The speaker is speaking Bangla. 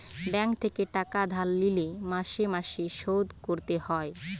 ব্যাঙ্ক থেকে টাকা ধার লিলে মাসে মাসে শোধ করতে হয়